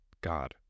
god